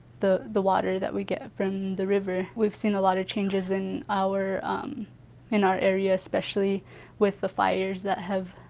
the the water that we get from the river. we've seen a lot of changes in in our area, especially with the fires that have